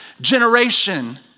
generation